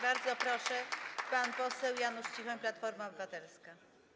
Bardzo proszę, pan poseł Janusz Cichoń, Platforma Obywatelska.